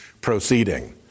proceeding